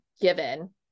given